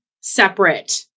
separate